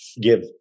give